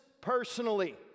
personally